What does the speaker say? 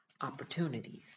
opportunities